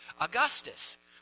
Augustus